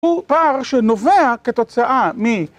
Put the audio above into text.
הוא פער שנובע כתוצאה מ...